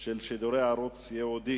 של שידורי ערוץ ייעודי),